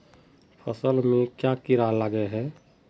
फसल में क्याँ कीड़ा लागे है?